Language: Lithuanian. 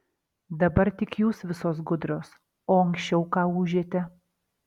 dabar tik jūs visos gudrios o anksčiau ką ūžėte